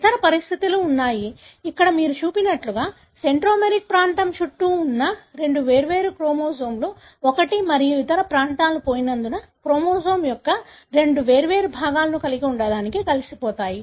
ఇతర పరిస్థితులు ఉన్నాయి ఇక్కడ మీరు చూపినట్లుగా సెంట్రోమెరిక్ ప్రాంతం చుట్టూ ఉన్న రెండు వేర్వేరు క్రోమోజోమ్లు ఒకటి మరియు ఇతర ప్రాంతాలు పోయినందున క్రోమోజోమ్ యొక్క రెండు వేర్వేరు భాగాలను కలిగి ఉండటానికి కలిసిపోతాయి